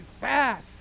fast